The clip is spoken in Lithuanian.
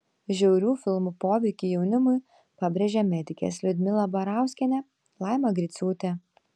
žiaurių filmų poveikį jaunimui pabrėžė medikės liudmila barauskienė laima griciūtė